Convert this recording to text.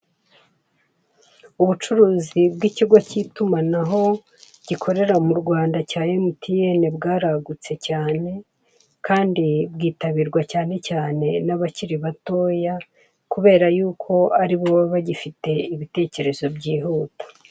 Ubucuruzi bw'ikigo cy'itumanaho gikorera mu Rwanda cya MTN bwaragutse cyane kandi bwitabirwa cyane cyane n'abakiri batoya kubera yuko aribo baba bagifite ibitekerezo byihuta.